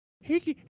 hey